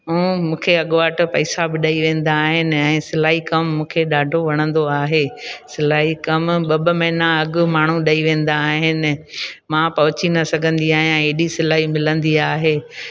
ऐं मूंखे अॻु वाटि पैसा बि ॾेई वेंदा आहिनि ऐं सिलाई कमु मूंखे ॾाढो वणंदो आहे सिलाई कमु ॿ ॿ महीना अॻु माण्हू ॾेई वेंदा आहिनि मां पहुची न सघंदी आहियां हेॾी सिलाई मिलंदी आहे